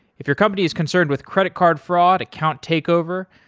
if your company is concerned with credit card fraud, account takeover,